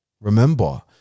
Remember